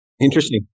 Interesting